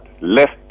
left